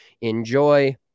Enjoy